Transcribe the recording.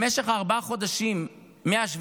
במשך ארבעה חודשים, מ-7